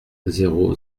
zéro